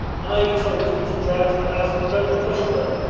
i told you to drive to the house of colonel koshkarev,